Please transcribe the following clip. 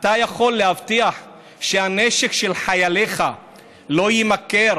אתה יכול להבטיח שהנשק של חייליך לא יימכר